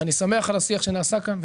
ואני שמח על השיח שנעשה כאן,